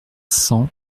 cents